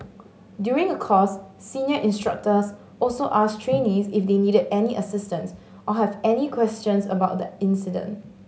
during a course senior instructors also asked trainees if they needed any assistance or have any questions about the incident